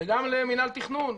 וגם למינהל תכנון,